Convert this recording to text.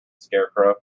scarecrow